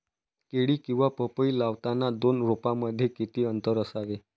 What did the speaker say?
केळी किंवा पपई लावताना दोन रोपांमध्ये किती अंतर असावे?